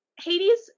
Hades